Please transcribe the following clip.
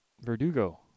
Verdugo